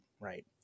right